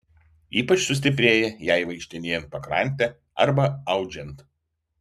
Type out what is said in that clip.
ypač sustiprėja jai vaikštinėjant pakrante arba audžiant